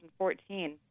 2014